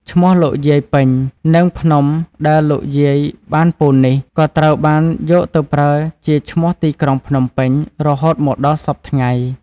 ឈ្មោះលោកយាយពេញ និងភ្នំដែលលោកយាយបានពូននេះ ក៏ត្រូវបានគេយកទៅប្រើជាឈ្មោះទីក្រុង "ភ្នំពេញ" រហូតមកដល់សព្វថ្ងៃ។